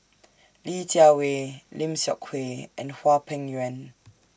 Li Jiawei Lim Seok Kui and Hwang Peng Yuan